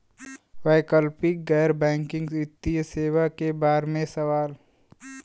वैकल्पिक गैर बैकिंग वित्तीय सेवा के बार में सवाल?